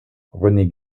rené